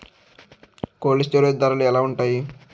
Cold storage ధరలు ఎలా ఉంటాయి?